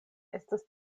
estas